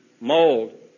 mold